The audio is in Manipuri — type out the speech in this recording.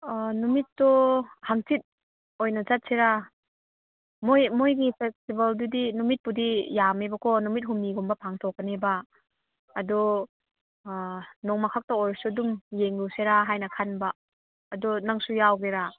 ꯑꯣ ꯅꯨꯃꯤꯠꯇꯣ ꯍꯪꯆꯤꯠ ꯑꯣꯏꯅ ꯆꯠꯁꯤꯔ ꯃꯣꯏꯒꯤ ꯐꯦꯁꯇꯤꯚꯦꯜꯗꯨꯗꯤ ꯅꯨꯃꯤꯠꯄꯨꯗꯤ ꯌꯥꯝꯃꯦꯕꯀꯣ ꯅꯨꯃꯤꯠ ꯍꯨꯝꯅꯤꯒꯨꯝꯕ ꯄꯥꯡꯊꯣꯛꯄꯅꯦꯕꯥ ꯑꯗꯣ ꯅꯣꯡꯃꯈꯛꯇ ꯑꯣꯏꯔꯁꯨ ꯑꯗꯨꯝ ꯌꯦꯡꯉꯨꯁꯤꯔꯥ ꯍꯥꯏꯅ ꯈꯟꯕ ꯑꯗꯣ ꯅꯪꯁꯨ ꯌꯥꯎꯒꯦꯔꯥ